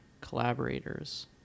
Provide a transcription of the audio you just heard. collaborators